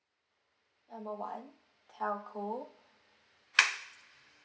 call one telco